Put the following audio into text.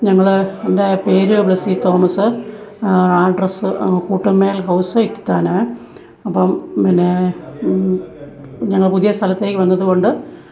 ഞങ്ങള് എൻ്റെ പേര് ബ്ലസി തോമസ് അഡ്രസ്സ് കൂട്ടുമെൽ ഹൗസ് ഇത്തിത്താനെ അപ്പോള് പിന്നെ ഞങ്ങള് പുതിയ സ്ഥലത്തേക്ക് വന്നതുകൊണ്ട്